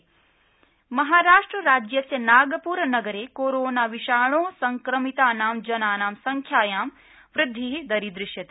Maharashtra lockdown महाराष्ट्रराज्यस्य नागप्र नगरे कोरोना विषाणो संक्रमितानां जनानां संख्यायां वृद्धि दरीदृश्यते